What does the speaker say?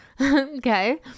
Okay